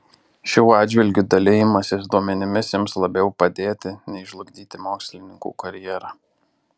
šiuo atžvilgiu dalijimasis duomenimis ims labiau padėti nei žlugdyti mokslininkų karjerą